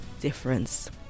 difference